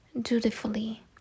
dutifully